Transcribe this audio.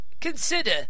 consider